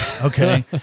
okay